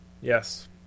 Yes